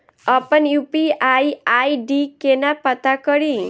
अप्पन UPI ID केना पत्ता कड़ी?